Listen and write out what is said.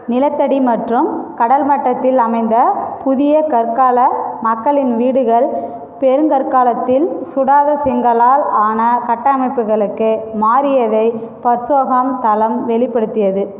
நிலத்தடி மற்றும் கடல்மட்டத்தில் அமைந்த புதிய கற்கால மக்களின் வீடுகள் பெருங்கற்காலத்தில் சுடாத செங்கலால் ஆன கட்டமைப்புகளுக்கு மாறியதை பர்சாஹோம் தளம் வெளிப்படுத்தியது